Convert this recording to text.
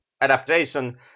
adaptation